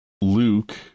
Luke